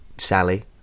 Sally